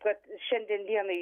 kad šiandien dienai